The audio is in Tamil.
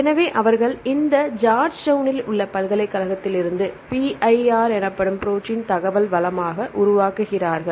எனவே அவர்கள் இதை ஜார்ஜ்டவுனில் உள்ள பல்கலைக்கழகத்தில் PIR எனப்படும் ப்ரோடீன் தகவல் வளமாக உருவாக்குகிறார்கள்